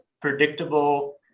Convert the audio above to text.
predictable